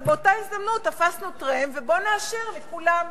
אבל באותה הזדמנות תפסנו טרמפ: בואו נאשר לכולם.